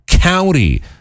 County